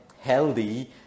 healthy